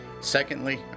Secondly